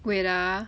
wait ah